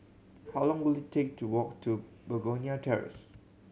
how long will it take to walk to Begonia Terrace